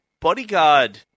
bodyguard